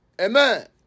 Amen